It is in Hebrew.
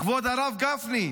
כבוד הרב גפני,